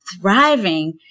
thriving